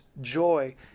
joy